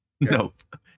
Nope